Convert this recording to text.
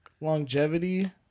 Longevity